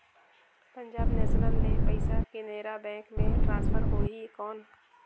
Punjab National ले पइसा Canara bank मे ट्रांसफर होहि कौन?